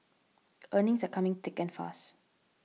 earnings are coming thick and fast